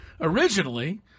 originally